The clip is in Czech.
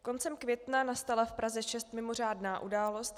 Koncem května nastala v Praze 6 mimořádná událost.